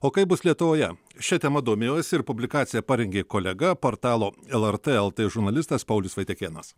o kaip bus lietuvoje šia tema domėjosi ir publikaciją parengė kolega portalo lrt lt žurnalistas paulius vaitekėnas